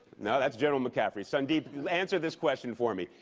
no, that's general mccaffrey. sandeep, answer this question for me.